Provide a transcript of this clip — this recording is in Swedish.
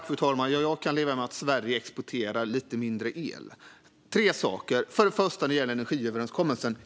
Fru talman! Jag kan leva med att Sverige exporterar lite mindre el. Tre saker. Den första gäller energiöverenskommelsen.